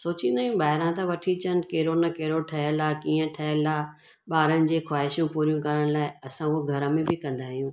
सोचींदा आहियूं ॿाहिरा त वठी अचनि कहिड़ो न कहिड़ो ठहियलु आहे कीअं ठहियलु आहे ॿारनि जे ख़्वाशियूं पुरियूं करण लाइ असां उहो घर में बि कंदा आहियूं